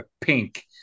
pink